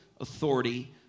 authority